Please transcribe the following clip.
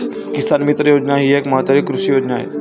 किसान मित्र योजना ही एक महत्वाची कृषी योजना आहे